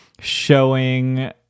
showing